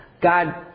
God